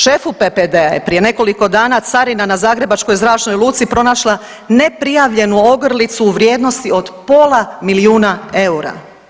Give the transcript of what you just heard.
Šefu PPD-a je prije nekoliko dana carina na zagrebačkoj zračnoj luci pronašla neprijavljenu ogrlicu u vrijednosti od pola milijuna eura.